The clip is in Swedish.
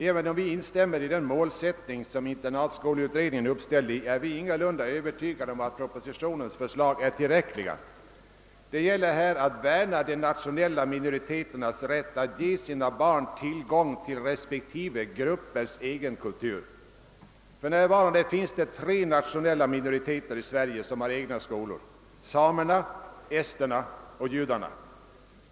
Även om vi instämmer i den målsättning som internatskoleutredningen uppställde är vi ingalunda övertygade om att propositionens förslag är tillräckliga. Det gäller här att värna de nationella minoriteternas rätt att ge sina barn tillgång till respektive gruppers egen kultur. För närvarande finns det tre nationella minoriteter i Sverige som har egna skolor, nämligen samerna, esterna och judarna.